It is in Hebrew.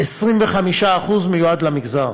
25% מיועדים למגזר.